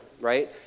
right